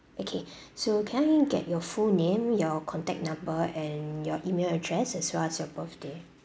okay so can I get your full name your contact number and your email address as well as your birthday